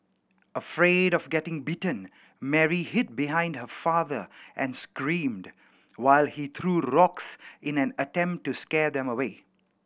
afraid of getting bitten Mary hid behind her father and screamed while he threw rocks in an attempt to scare them away